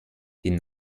den